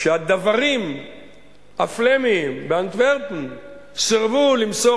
שהדוורים הפלמים באנטוורפן סירבו למסור